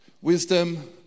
Wisdom